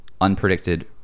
unpredicted